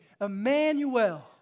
Emmanuel